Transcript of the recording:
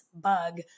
bug